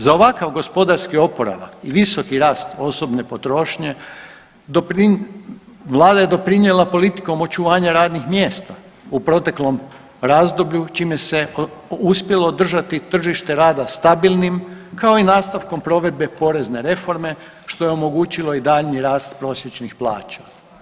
Za ovakav gospodarski oporavak i visoki rast osobne potrošnje vlada je doprinijela politikom očuvanja radnih mjesta u proteklom razdoblju čime se uspjelo održati tržište rada stabilnim kao i nastavkom provedbe porezne reforme što je omogućilo i daljnji rast prosječnih plaća.